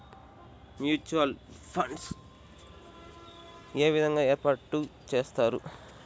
Mutual funds ఏ విధంగా ఏర్పాటు చేస్తారు?